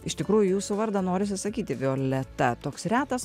iš tikrųjų jūsų vardą norisi sakyti violeta toks retas